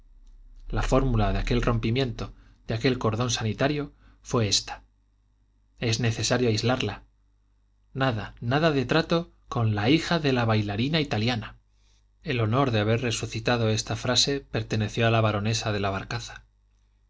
la fórmula de aquel rompimiento de aquel cordón sanitario fue esta es necesario aislarla nada nada de trato con la hija de la bailarina italiana el honor de haber resucitado esta frase perteneció a la baronesa de la barcaza